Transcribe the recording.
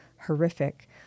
horrific